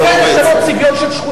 כדי לשנות צביון של שכונות,